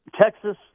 Texas